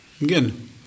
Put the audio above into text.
Again